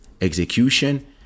execution